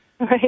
Right